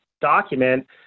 document